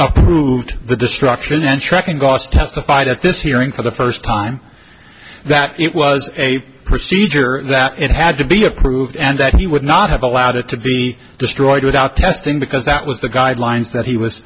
hooved the destruction entrecote cost testified at this hearing for the first time that it was a procedure that it had to be approved and that he would not have allowed it to be destroyed without testing because that was the guidelines that he was